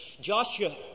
Joshua